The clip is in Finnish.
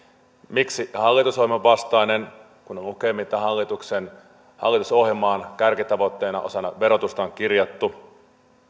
miksi hallitusohjelman vastainen kun lukee mitä hallitusohjelmaan kärkitavoitteena osana verotusta on kirjattu